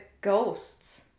ghosts